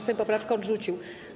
Sejm poprawkę odrzucił.